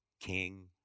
king